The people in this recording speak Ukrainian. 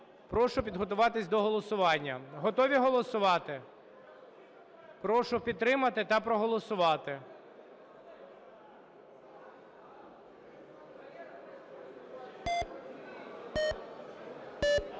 Прошу підготуватись до голосування. Готові голосувати? Прошу підтримати та проголосувати.